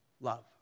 love